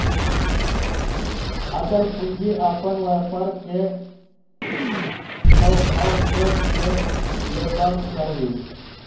अचल पूंजी अपन व्यापार के स्वभाव देख के लेबाक चाही